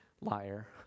liar